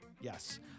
Yes